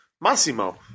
Massimo